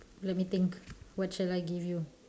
let me think what shall I give you